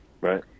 Right